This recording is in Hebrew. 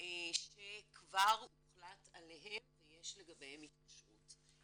שכבר הוחלט עליהן ויש לגביהן התקשרות.